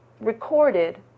recorded